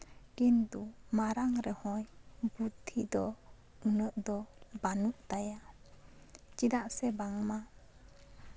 ᱠᱤᱱᱛᱩ ᱢᱟᱨᱟᱝ ᱨᱮᱦᱚᱸᱭ ᱵᱩᱫᱽᱫᱷᱤ ᱫᱚ ᱩᱱᱟᱹᱜ ᱫᱚ ᱵᱟᱹᱱᱩᱜ ᱛᱟᱭᱟ ᱪᱮᱫᱟᱜ ᱥᱮ ᱵᱟᱝᱢᱟ